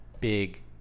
big